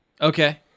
Okay